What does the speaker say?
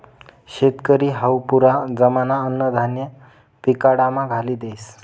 शेतकरी हावू पुरा जमाना अन्नधान्य पिकाडामा घाली देस